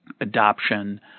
adoption